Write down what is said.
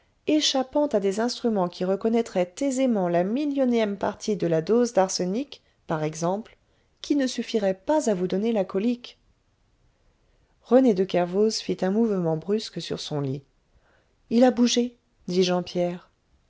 échappant à des instruments qui reconnatraîent aisément la millionième partie de la dose d'arsenic par exemple qui ne suffirait pas à vous donner la colique rené de kervoz fit un mouvement brusque sur son lit il a bougé dit jean pierre